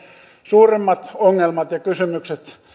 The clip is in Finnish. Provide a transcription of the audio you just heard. suuremmat ongelmat ja kysymykset